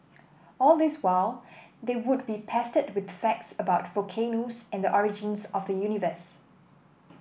all this while they would be pestered with facts about volcanoes and the origins of the universe